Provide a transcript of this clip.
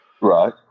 Right